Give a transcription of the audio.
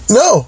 no